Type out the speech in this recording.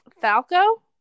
Falco